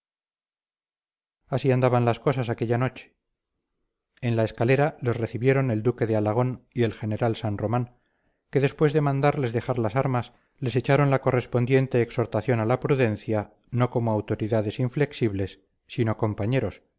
así andaban las cosas aquella noche en la escalera les recibieron el duque de alagón y el general san román que después de mandarles dejar las armas les echaron la correspondiente exhortación a la prudencia no como autoridades inflexibles sino como compañeros